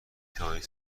توانید